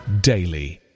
daily